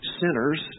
sinners